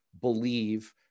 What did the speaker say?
believe